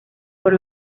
por